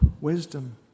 wisdom